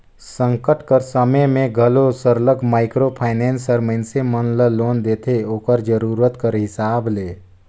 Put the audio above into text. संकट कर समे में घलो सरलग माइक्रो फाइनेंस हर मइनसे मन ल लोन देथे ओकर जरूरत कर हिसाब ले